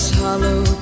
hollow